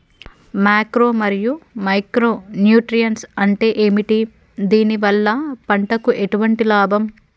Macro మరియు micro nutrients అంటే ఏమిటి? దీనివల్ల పంటకు ఎటువంటి లాభం?